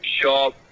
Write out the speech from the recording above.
shop